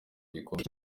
igikombe